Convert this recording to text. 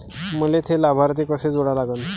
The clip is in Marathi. मले थे लाभार्थी कसे जोडा लागन?